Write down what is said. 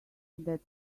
that